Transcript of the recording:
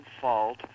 fault